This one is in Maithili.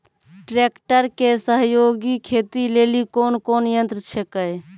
ट्रेकटर के सहयोगी खेती लेली कोन कोन यंत्र छेकै?